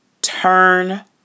turn